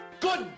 good